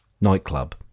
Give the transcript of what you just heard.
nightclub